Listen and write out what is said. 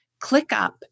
ClickUp